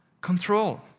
control